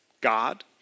God